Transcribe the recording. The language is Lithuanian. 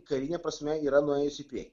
karine prasme yra nuėjus į priekį